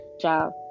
job